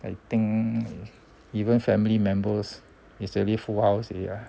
I think even family members is already full house already ah